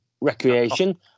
recreation